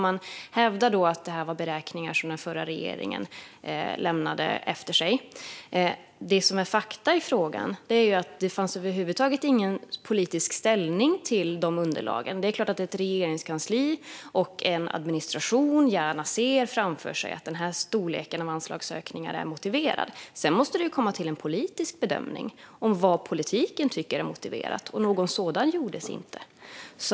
Man hävdar då att detta var beräkningar som den förra regeringen lämnade efter sig. Fakta i frågan är att det över huvud taget inte fanns någon politisk ställning till de underlagen. Det är klart att ett regeringskansli, en administration, gärna ser framför sig att den här storleken av anslagsökningar är motiverad. Sedan måste det ju komma till en politisk bedömning om vad politiken tycker är motiverat, och någon sådan gjordes inte.